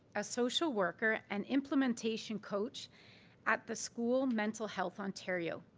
a social worker and implementation coach at the school mental health ontario,